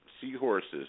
seahorses